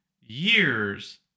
years